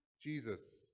Jesus